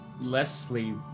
Leslie